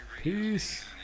Peace